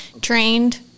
trained